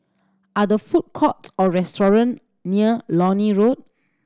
are there food courts or restaurant near Lornie Road